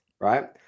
right